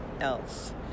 else